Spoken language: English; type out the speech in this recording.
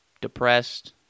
depressed